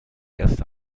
erste